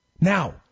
Now